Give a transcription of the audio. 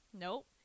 Nope